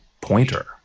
pointer